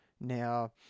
now